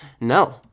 No